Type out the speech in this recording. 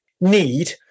need